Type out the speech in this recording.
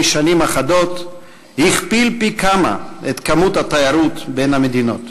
שנים אחדות הכפיל פי כמה את התיירות בין המדינות.